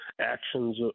actions